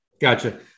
Gotcha